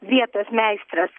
vietos meistras